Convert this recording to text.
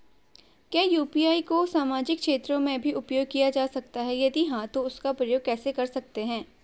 क्या यु.पी.आई को सामाजिक क्षेत्र में भी उपयोग किया जा सकता है यदि हाँ तो इसका उपयोग कैसे कर सकते हैं?